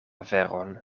veron